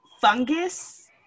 fungus